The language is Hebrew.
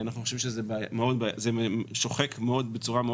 אנחנו חושבים שזה שוחק בצורה מאוד